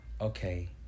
okay